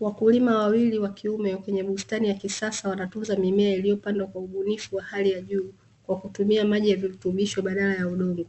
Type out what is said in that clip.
Wakulima wawili wa kiume wa kwenye bustani ya kisasa wanatunza mimea iliyopandwa kwa ubunifu wa hali ya juu, kwa kutumia maji ya virutubisho badala ya udongo.